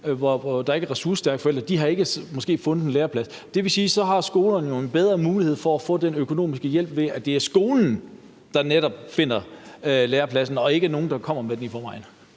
og som ikke har ressourcestærke forældre, ikke har fundet en læreplads. Det vil sige, at skolerne så har en bedre mulighed for at få den økonomiske hjælp, ved at det netop er skolen, der finder lærepladsen, og at det ikke er eleverne, der kommer